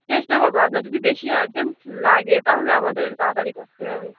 চেষ্টা করব আপনার যদি বেশি আর্জেন্ট লাগে তাহলে আমাদের তাড়াতাড়ি করতে হবে